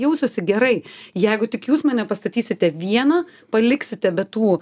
jausiuosi gerai jeigu tik jūs mane pastatysite vieną paliksite be tų